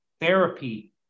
therapy